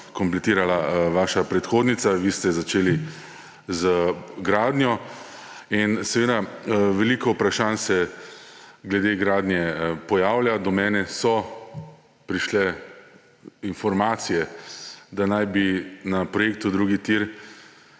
kompletirala vaša predhodnica, vi ste začeli z gradnjo, in seveda, veliko vprašanj se glede gradnje pojavlja. Do mene so prišle informacije, da naj bi na projektu drugi tir